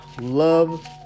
love